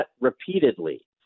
repeatedly